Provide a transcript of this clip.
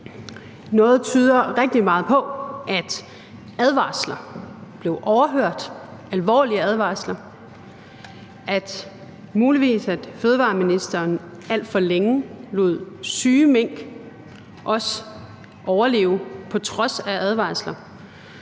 Noget tyder rigtig meget på, at advarsler – alvorlige advarsler – blev overhørt, muligvis at fødevareministeren alt for længe også lod syge mink overleve på trods af advarsler.